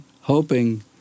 hoping